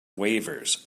waivers